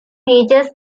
features